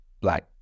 black